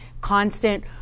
constant